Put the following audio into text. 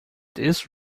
this